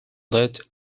led